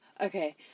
okay